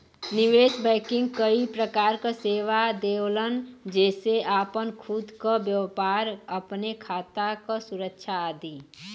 निवेश बैंकिंग कई प्रकार क सेवा देवलन जेसे आपन खुद क व्यापार, अपने खाता क सुरक्षा आदि